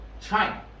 China